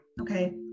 Okay